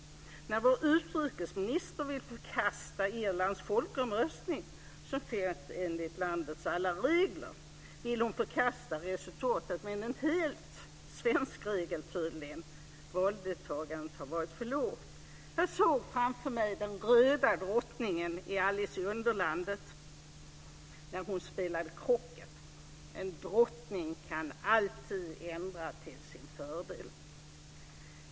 När vår utrikesminister vill förkasta Irlands folkomröstning som skett enligt alla regler vill hon förkasta resultatet med en helt svensk regel tydligen, att valdeltagandet var för lågt. Jag såg framför mig den röda drottningen i Alice i underlandet när hon spelade krocket. En drottning kan alltid ändra reglerna till sin fördel.